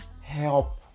help